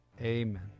amen